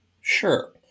Sure